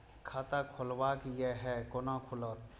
खाता खोलवाक यै है कोना खुलत?